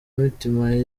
mitima